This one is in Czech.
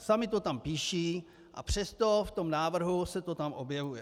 Sami to tam píší, a přesto v tom návrhu se to tam objevuje.